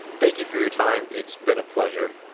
thank you for your time, it's been a pleasure.